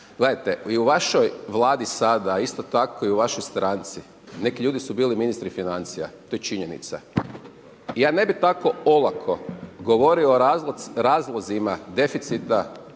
Gledajte, i u vašoj Vladi sada a isto tako i u vašoj stranci, neki ljudi su bili ministri financija, to je činjenica. Ja ne bih tako olako govorio o razlozima deficita